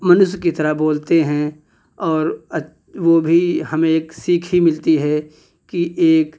मनुष्य की तरह बोलते हैं और वो भी हमें एक सीख ही मिलती है कि एक